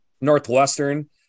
Northwestern